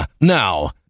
Now